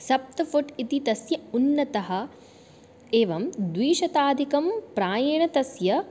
सप्तपुट् इति तस्य उन्नतः एवं द्विशताधिकं प्रायेण तस्य